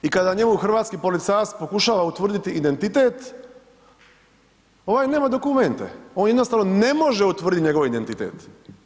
I kada njemu hrvatski policajac pokušava utvrditi identitet, ovaj nema dokumente on jednostavno ne može utvrditi njegov identitet.